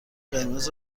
قرمز